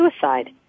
suicide